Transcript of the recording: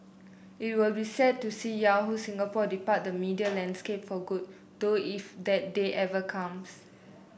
it will be sad to see Yahoo Singapore depart the media landscape for good though if that day ever comes